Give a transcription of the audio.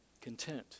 content